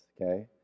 Okay